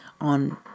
on